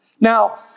Now